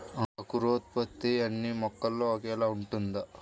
అంకురోత్పత్తి అన్నీ మొక్కలో ఒకేలా ఉంటుందా?